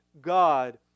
God